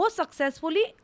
successfully